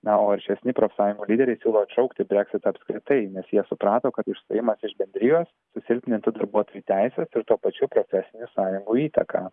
na o aršesni profsąjungų lyderiai siūlo atšaukti breksitą apskritai nes jie suprato kad išstojimas iš bendrijos susilpnintų darbuotojų teises ir tuo pačiu profesinių sąjungų įtaką